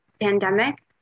pandemic